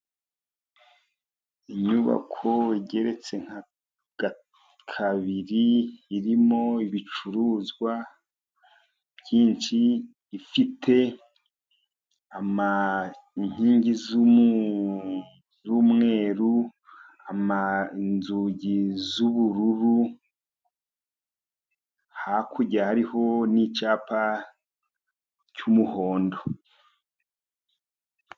Inyubako igeretse nka kabiri irimo ibicuruzwa byinshi ifite inkingi z'umweru ,inzugi z'ubururu ,hakurya hariho n'icyapa cy'umuhondo.